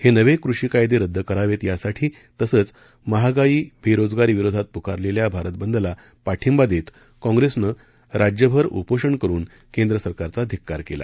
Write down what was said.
हे नवे कृषी कायदे रद्द करावेत यासाठी तसंच महागाई बेरोजगारीविरोधात पुकारलेल्या भारत बंदला पाठिंबा देत काँग्रेसनं राज्यभर उपोषण करून केंद्र सरकारचा धिक्कार केला